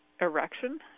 erection